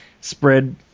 spread